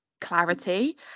Clarity